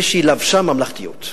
זה שהיא לבשה ממלכתיות.